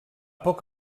poc